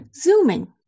Zooming